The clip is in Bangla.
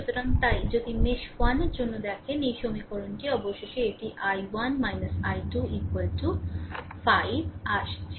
সুতরাং তাই যদি মেশ 1 এর জন্য দেখেন এটি সমীকরণটি অবশেষে এটি i 1 i2 5 আসছে